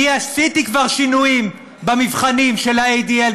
אני עשיתי כבר שינויים במבחנים של ה-ADL,